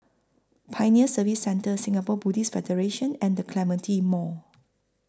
Pioneer Service Centre Singapore Buddhist Federation and The Clementi Mall